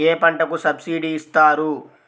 ఏ పంటకు సబ్సిడీ ఇస్తారు?